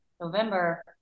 November